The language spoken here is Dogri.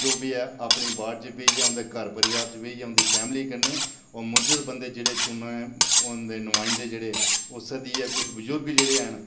जो बी अपने बार्ड च बेहिये जां उंदे घर परिवार च बेहियै उंदी फैमली कन्नै बेहियै में चुनी लेना जेहड़ा बंदा चुनना होऐ उंदे नुमाइदे जेहड़े सद्दियै ऐ कुछ बाजुर्ग जेहड़े हैन